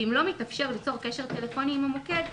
ואם לא מתאפשר ליצור קשר טלפוני עם המוקד,